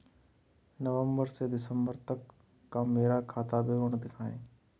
नवंबर से दिसंबर तक का मेरा खाता विवरण दिखाएं?